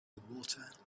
water